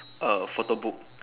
a photo book